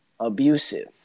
abusive